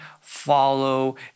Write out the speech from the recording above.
follow